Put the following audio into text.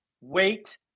wait